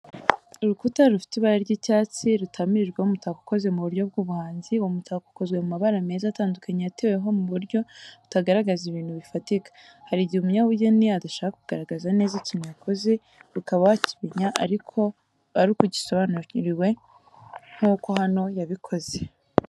Urukuta rufite ibara ry’icyatsi rutamirijweho umutako ukoze mu buryo bw’ubuhanzi. Uwo mutako ukozwe mu mabara meza atandukanye yateweho mu buryo butagaragaza ibintu bifatika. Hari igihe umunyabugeni adashaka kugaragaza neza ikintu yakoze, ukaba wakimenya ari uko akigusobanuriye nk'uko hano yabikoze.